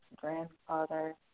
grandfather